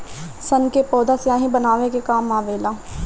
सन के पौधा स्याही बनावे के काम आवेला